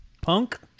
Punk